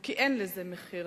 כי אין לזה מחיר,